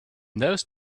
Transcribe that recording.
those